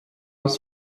off